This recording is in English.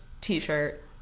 t-shirt